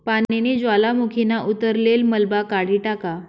पानीनी ज्वालामुखीना उतरलेल मलबा काढी टाका